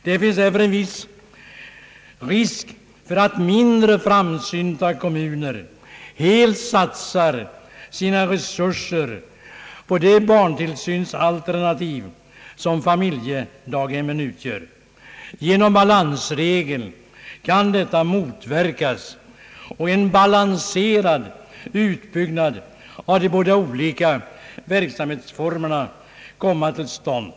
Det finns därför en viss risk att mindre framsynta kommuner mer satsar sina resurser på det barntillsynsalternativ som familjedaghemmen utgör. Genom balansregeln kan detta motverkas och en balanserad utbyggnad av de båda olika verksamhetsformerna komma till stånd.